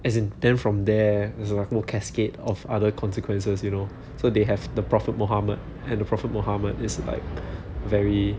as in then from there there's a whole cascade of other consequences you know so they have the prophet muhammad and the prophet muhammad is like very